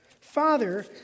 Father